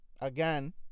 Again